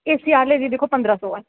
AC आह्ले दी ऐ जेह्की ओह् पंदरां सौ ऐ